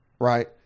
right